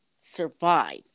survive